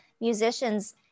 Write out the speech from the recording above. musicians